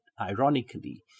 ironically